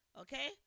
Okay